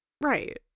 Right